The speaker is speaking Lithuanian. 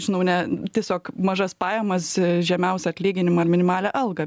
žinau ne tiesiog mažas pajamas žemiausią atlyginimą ar minimalią algą